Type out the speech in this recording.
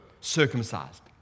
circumcised